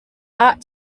art